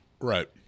Right